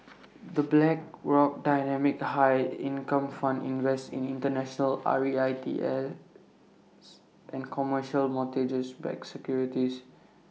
the Blackrock dynamic high income fund invests in International R E I T S and commercial mortgage backed securities